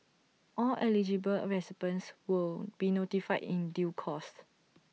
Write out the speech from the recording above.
all eligible recipients will be notified in due course